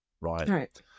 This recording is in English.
right